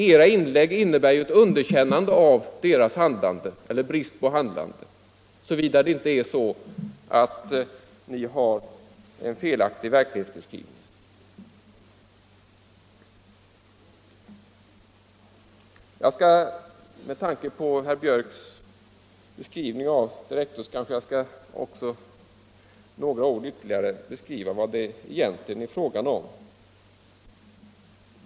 Era inlägg innebär ju ett underkännande av deras handlande eller brist på handlande, såvida det inte är på det sättet att ni har en felaktig verklighetsbeskrivning. Jag skall med tanke på herr Björcks beskrivning av Direktus också med ytterligare några ord ange vad det egentligen är fråga om.